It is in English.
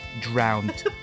Drowned